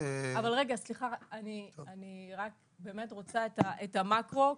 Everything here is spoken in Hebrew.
אני רוצה את המקרו,